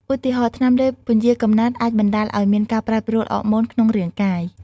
ឧទាហរណ៍ ថ្នាំលេបពន្យារកំណើតអាចបណ្តាលឲ្យមានការប្រែប្រួលអ័រម៉ូនក្នុងរាងកាយ។